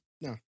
No